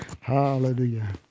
Hallelujah